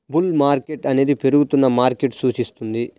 bull market అనేది పెరుగుతున్న మార్కెట్ను సూచిస్తుంది